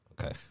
Okay